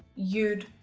you'd,